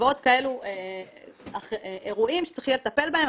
ועוד כאלה אירועים שצריך יהיה לטפל בהם.